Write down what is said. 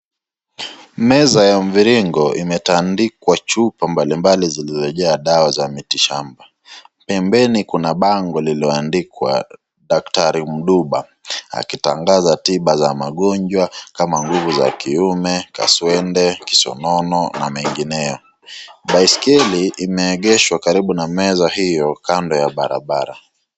Meza ya mvirongo imetandikwa chupa mbalimbali zilizojazwa dawa za miti shamba. Pembeni kuna bango lililoandikwa Daktari Mduba akitangaza tiba za magonjwa kama nguvu za kiume, kaswende, kisonono na mengineyo. Baisikeli imeegeshwa karibu na meza hiyo kando ya barabara.